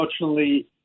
Unfortunately